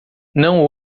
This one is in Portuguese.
não